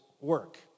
work